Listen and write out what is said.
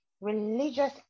religious